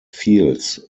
fields